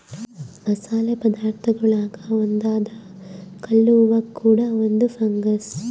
ಮಸಾಲೆ ಪದಾರ್ಥಗುಳಾಗ ಒಂದಾದ ಕಲ್ಲುವ್ವ ಕೂಡ ಒಂದು ಫಂಗಸ್